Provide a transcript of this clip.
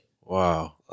Wow